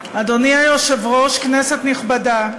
אדוני היושב-ראש, כנסת נכבדה,